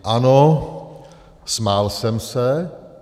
Ano, smál jsem se.